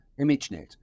ImageNet